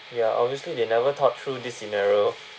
ya obviously they never thought through this scenario